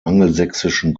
angelsächsischen